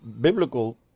biblical